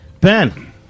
Ben